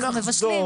אנחנו מבשלים.